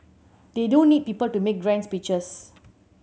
they don't need people to make grand speeches